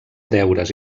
deures